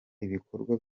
ibikorwa